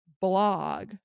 blog